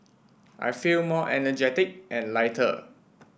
I feel more energetic and lighter